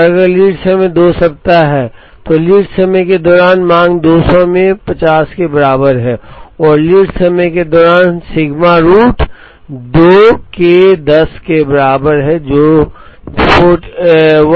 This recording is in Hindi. और अगर लीड समय 2 सप्ताह है तो लीड समय के दौरान मांग 200 में 50 के बराबर है और लीड समय के दौरान सिग्मा रूट 2 के 10 के बराबर है जो 1414 है